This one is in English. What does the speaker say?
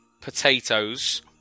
Potatoes